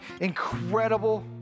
incredible